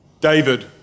David